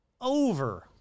Over